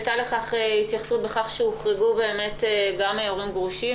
הייתה לכך התייחסות בכך שהוחרגו גם הורים גרושים,